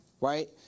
right